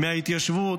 מההתיישבות,